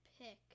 pick